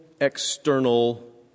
external